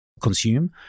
consume